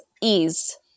ease